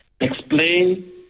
Explain